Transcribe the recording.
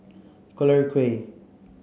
Collyer Quay